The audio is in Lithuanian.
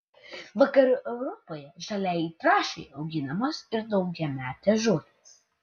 vakarų europoje žaliajai trąšai auginamos ir daugiametės žolės